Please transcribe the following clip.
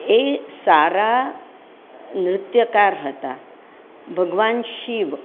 એ સારા નૃત્યકાર હતા ભગવાન શિવ